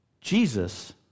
Jesus